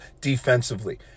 defensively